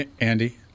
Andy